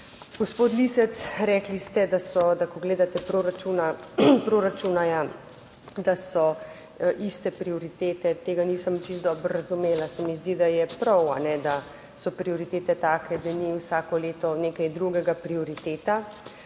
Gospod Lisec. Rekli ste, da so, da ko gledate proračuna, proračuna ja, da so iste prioritete. Tega nisem čisto dobro razumela, se mi zdi, da je prav, da so prioritete take, da ni vsako leto nekaj drugega prioriteta,